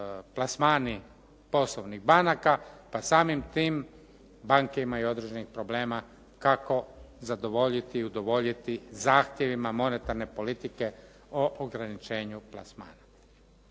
plasmani poslovnih banaka, pa samim tim banke imaju određenih problema kako zadovoljiti i udovoljiti zahtjevima monetarne politike o ograničenju plasmana.